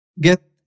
get